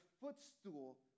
footstool